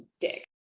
dick